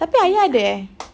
tapi ayah ada eh